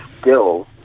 skills